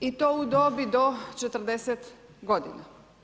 I to u dobi do 40 godina.